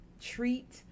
treat